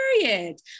period